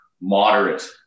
moderate